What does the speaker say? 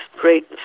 great